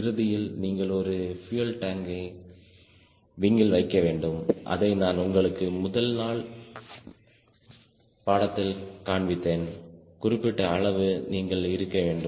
இறுதியில் நீங்கள் ஒரு பியூயல் டேங்கை விங்யில் வைக்க வேண்டும் அதை நான் உங்களுக்கு முதல் நாள் பாடத்தில் காண்பித்தேன் குறிப்பிட்ட அளவு நீங்கள் இருக்க வேண்டும்